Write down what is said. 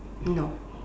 no